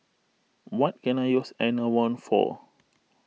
what can I use Enervon for